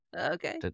Okay